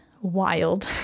wild